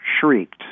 shrieked